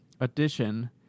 addition